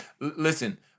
listen